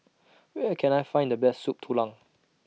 Where Can I Find The Best Soup Tulang